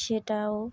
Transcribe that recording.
সেটাও